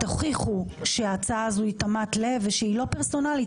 תוכיחו שההצעה הזו היא תמת לב ושהיא לא פרסונלית,